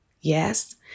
Yes